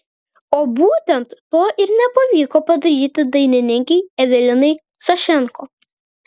o būtent to ir nepavyko padaryti dainininkei evelinai sašenko